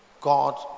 God